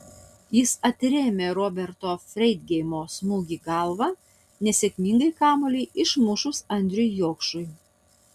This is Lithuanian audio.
jis atrėmė roberto freidgeimo smūgį galva nesėkmingai kamuolį išmušus andriui jokšui